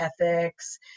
ethics